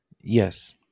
Yes